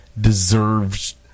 deserves